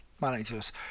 managers